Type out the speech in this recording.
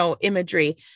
imagery